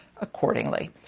accordingly